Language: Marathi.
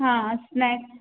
हां स्नॅक्स